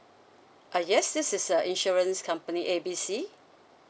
uh yes this is uh insurance company A B C